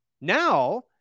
now